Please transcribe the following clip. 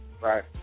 Right